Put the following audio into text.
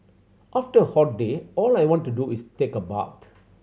after a hot day all I want to do is take a bath